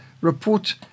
report